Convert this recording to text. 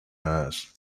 nurse